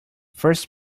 first